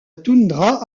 toundra